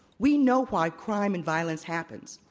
we know why crime and violence happens,